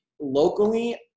locally